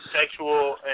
sexual